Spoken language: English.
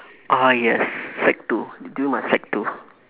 ah yes sec two during my sec two